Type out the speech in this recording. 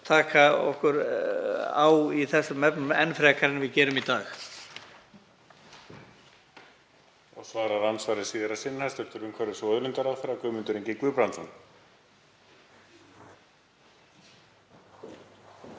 taka okkur á í þessum efnum, enn frekar en við gerum í dag?